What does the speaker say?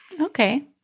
Okay